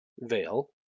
veil